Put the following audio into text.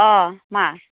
अ' मा